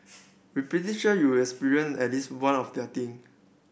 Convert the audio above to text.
we pretty sure you has experienced at least one of they are thing